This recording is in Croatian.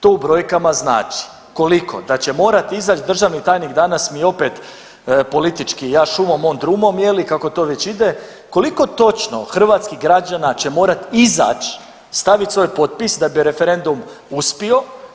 To u brojkama znači koliko, da će morat izaći državni tajnik danas mi opet politički, ja šumom on drumom je li kao to već ide, koliko točno hrvatskih građana će morat izać, stavit svoj potpis da bi referendum uspio.